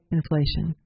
inflation